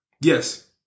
Yes